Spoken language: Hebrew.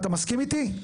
אתה מסכים איתי?